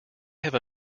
have